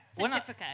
Certificate